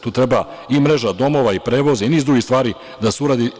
Tu treba i mreža domova i prevoza i niz drugih stvari da se uradi.